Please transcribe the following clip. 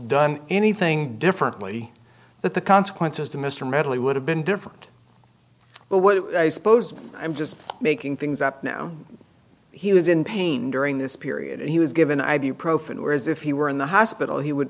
done anything differently that the consequences to mr medley would have been different well what i suppose i'm just making things up now he was in pain during this period and he was given ibuprofen or as if he were in the hospital he would